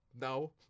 no